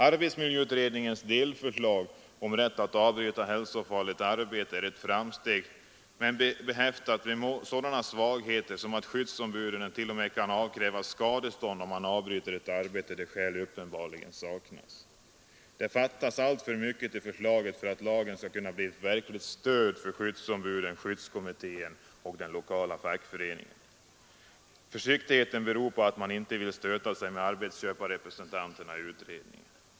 Arbetsmiljöutredningens delförslag om rätt att avbryta hälsofarligt arbete är ett framsteg, men det är behäftat med sådana svagheter som att ett skyddsombud t.o.m. kan avkrävas skadestånd om man avbryter ett arbete där ”skäl uppenbarligen saknas”. Det fattas alltför mycket i förslaget för att lagen skall kunna bli ett verkligt stöd för skyddsombuden, skyddskommittéerna och den lokala fackföreningen. Men försiktigheten beror på att man inte vill stöta sig med arbetsköparrepresentanterna i utredningen.